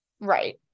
Right